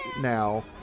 now